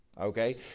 okay